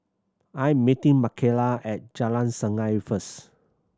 I am meeting Mckayla at Jalan Sungei first